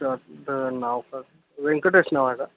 अच्छा तुमचं नाव का व्यंकटेश नाव आहे का